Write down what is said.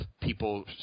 people